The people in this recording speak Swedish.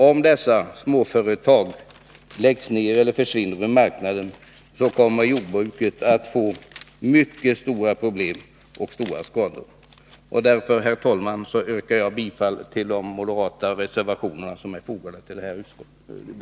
Om dessa småföretag läggs ned och försvinner ur marknaden, kommer jordbruket att få mycket stora problem och drabbas av skada. Därför, herr talman, yrkar jag bifall till de moderata reservationer som är fogade till detta utskottsbetänkande.